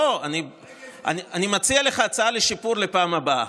לא, אני מציע לך הצעה לשיפור לפעם הבאה.